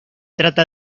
trata